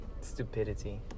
stupidity